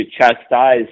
chastise